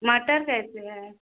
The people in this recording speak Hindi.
मटर कैसे है